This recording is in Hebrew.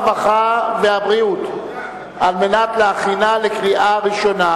הרווחה והבריאות על מנת להכינה לקריאה ראשונה.